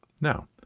now